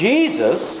Jesus